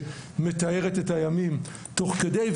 שמתארת את הימים תוך כדי.